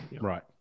Right